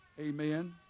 amen